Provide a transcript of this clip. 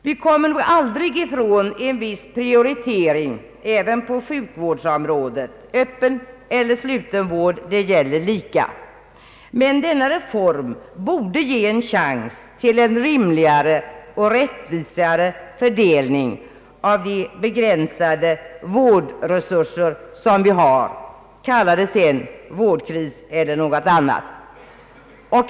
Vi kommer nog aldrig ifrån en viss prioritering på sjukvårdsområdet — vare sig det gäller öppen eller sluten vård. Men denna reform borde ge en chans till rimligare och rättvisare fördelning av de begränsade vårdresurser vi har — kalla det sedan vårdkris eller något annat.